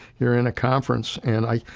you're in a conference and i,